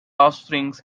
offspring